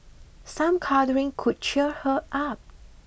some cuddling could cheer her up